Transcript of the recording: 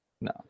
No